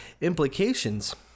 implications